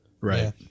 Right